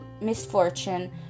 misfortune